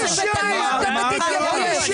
תן לה להשלים.